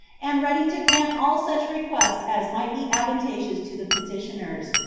and ready to grant all such requests as might be advantageous to the petitioners,